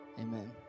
amen